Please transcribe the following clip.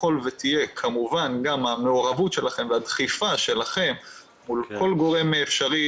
וככל שתהיה גם כמובן המעורבות שלכם והדחיפה שלכם מול כל גורם אפשרי,